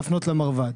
להפנות למרב"ד.